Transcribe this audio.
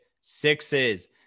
sixes